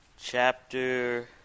chapter